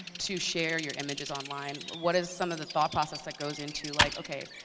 to share your images online? what is some of the thought process that goes into like, okay,